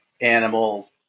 Animal